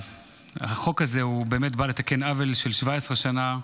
החוק הזה בא לתקן עוול של 17 שנה,